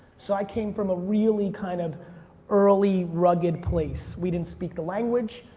so i came from a really kind of early rugged place. we didn't speak the language.